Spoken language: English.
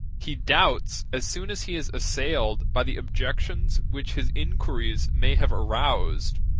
he doubts as soon as he is assailed by the objections which his inquiries may have aroused.